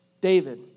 David